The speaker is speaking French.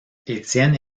étienne